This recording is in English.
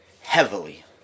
heavily